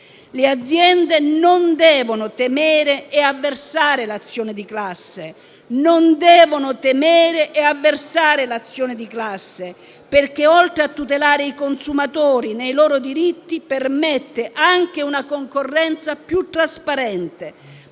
Le aziende non devono temere e avversare l'azione di classe perché, oltre a tutelare i consumatori nei loro diritti, permette anche una concorrenza più trasparente,